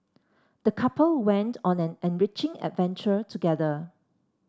the couple went on an enriching adventure together